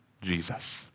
Jesus